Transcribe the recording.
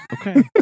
Okay